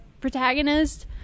protagonist